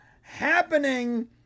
happening